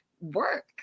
work